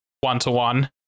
one-to-one